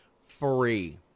free